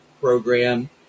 program